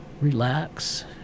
relax